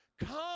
come